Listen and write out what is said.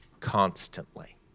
constantly